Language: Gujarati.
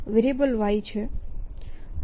y છે